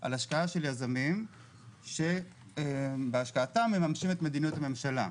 על השקעה של יזמים שבהשקעתם ממשים את מדיניות הממשלה.